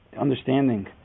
understanding